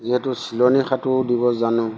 যিহেতু চিলনী সাঁতোৰ দিব জানো